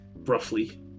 Roughly